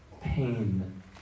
pain